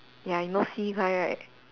ya you know C guy right